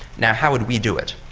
now, how would we do it?